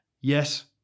yes